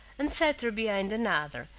and set her behind another,